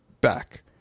back